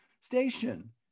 station